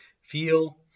feel